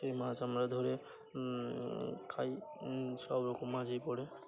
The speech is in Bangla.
সেই মাছ আমরা ধরে খাই সব রকম মাছই পড়ে